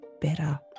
better